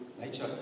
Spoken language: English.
nature